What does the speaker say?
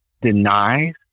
denies